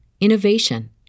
innovation